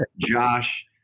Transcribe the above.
Josh